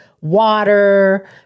water